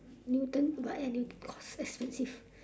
newton but ya cost expensive